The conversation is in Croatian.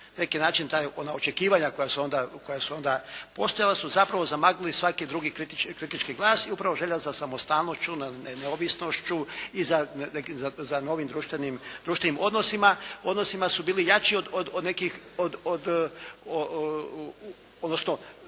Neki način ta, ona očekivanja koja su onda postojala su zapravo zamaglili svaki drugi kritički glas i upravo želja za samostalnošću, neovisnošću i za novim društvenim odnosima su bili jači od nekih, odnosno